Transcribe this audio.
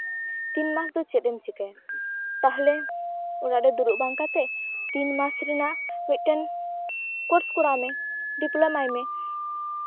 ᱛᱤᱱ ᱢᱟᱥ ᱫᱚ ᱪᱚᱫ ᱮᱢ ᱪᱮᱠᱟᱹᱭᱟ ᱛᱟᱦᱞᱮ ᱚᱲᱟᱜᱨᱮ ᱫᱩᱲᱩᱵ ᱵᱟᱝ ᱠᱟᱛᱮ ᱛᱤᱱ ᱢᱟᱥ ᱨᱮᱱᱟᱜ ᱢᱤᱫᱴᱮᱱ ᱠᱳᱨᱥ ᱠᱚᱨᱟᱣ ᱢᱮ ᱰᱤᱯᱞᱳᱢᱟᱭ ᱢᱮ